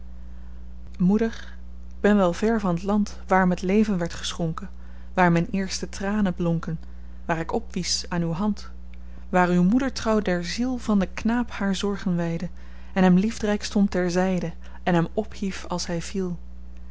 moeder k ben wel ver van t land waar me t leven werd geschonken waar myn eerste tranen blonken waar ik opwies aan uw hand waar uw moedertrouw der ziel van den knaap haar zorgen wydde en hem liefdryk stond ter zyde en hem ophief als hy viel